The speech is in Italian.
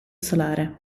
solare